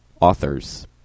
authors